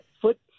Foot